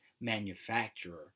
manufacturer